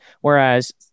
whereas